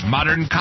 Modern